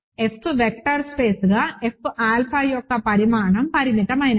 F vector స్పేస్గా F alpha యొక్క పరిమాణం పరిమితమైనది